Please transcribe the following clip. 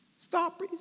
stop